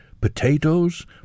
potatoes